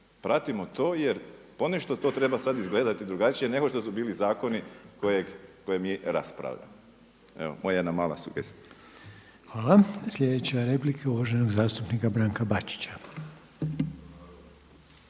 pratimo to jer ponešto to treba sada izgledati drugačije nego što su bili zakoni koje mi raspravljamo. Evo, moja jedna mala sugestija. **Reiner, Željko (HDZ)** Hvala. Sljedeća je replika uvaženog zastupnika Branka Bačića.